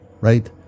right